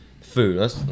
food